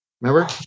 Remember